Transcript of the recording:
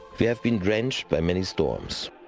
we have been drenched by many storms.